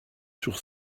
sur